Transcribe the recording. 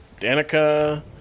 Danica